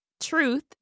truth